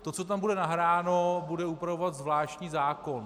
To, co tam bude nahráno, bude upravovat zvláštní zákon.